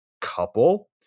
couple